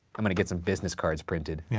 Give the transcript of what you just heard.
i'm gonna get some business cards printed. yeah